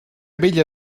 vella